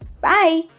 bye